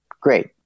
great